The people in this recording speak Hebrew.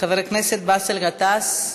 חבר הכנסת באסל גטאס,